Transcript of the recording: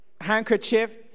Handkerchief